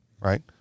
Right